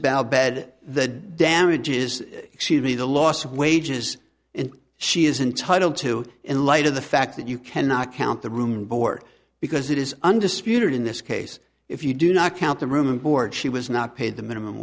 bell bed the damages exceed me the loss of wages and she is entitle to in light of the fact that you cannot count the room and board because it is undisputed in this case if you do not count the room and board she was not paid the minimum